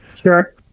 Sure